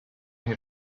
here